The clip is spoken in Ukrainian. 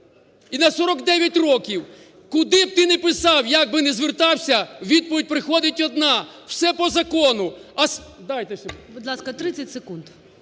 І на 49 років! Куди б ти не писав, як би не звертався, відповідь приходить одна: все по закону.